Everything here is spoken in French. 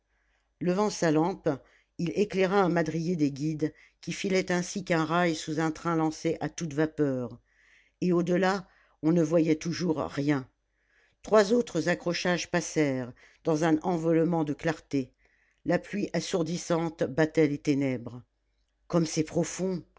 levant sa lampe il éclaira un madrier des guides qui filait ainsi qu'un rail sous un train lancé à toute vapeur et au-delà on ne voyait toujours rien trois autres accrochages passèrent dans un envolement de clartés la pluie assourdissante battait les ténèbres comme c'est profond